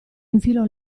infilò